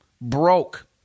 Broke